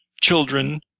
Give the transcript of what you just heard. children